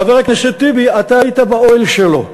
חבר הכנסת טיבי, אתה היית באוהל שלו.